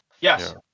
yes